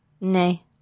Nay